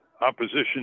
opposition